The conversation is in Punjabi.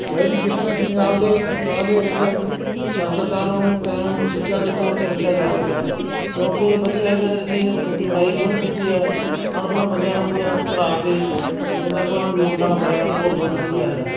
ਸ਼ਹਿਰੀ ਖੇਤਰਾਂ 'ਚ ਪੰਜਾਬ ਦੇ ਮੁਕਾਬਲੇ ਵਿੱਚ ਸਾਖਰਤਾ ਨੂੰ ਕਾਇਮ ਸਿੱਖਿਆ ਦੇ ਤੌਰ 'ਤੇ ਰੱਖਿਆ ਜਾ ਸਕਦਾ ਕਿਉਂਕਿ ਵਧੀਆ ਹੈਗਾ ਜਿਹੜੀ ਤੀ ਪੜ੍ਹਾਈ ਸ਼ੁਰੂ ਕੀਤੀ ਹੈ ਅਨਪੜ੍ਹ ਬੰਦਿਆਂ ਨੂੰ ਵੀ ਐਂ ਪੜ੍ਹਾ ਕੇ ਜਿੰਨਾ ਕੁ ਉਹਨਾਂ ਨੂੰ ਯੋਗਦਾਨ ਪਾਇਆ ਔਰ ਵਧੀਆ ਵਧੀਆ ਹੈਗਾ